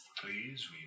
Please